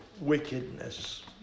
wickedness